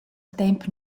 temp